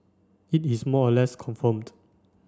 it is more or less confirmed